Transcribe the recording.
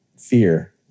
fear